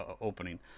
opening